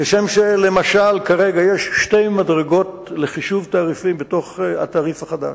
כשם שלמשל כרגע יש שתי מדרגות לחישוב תעריפים בתוך התעריף החדש,